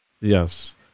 Yes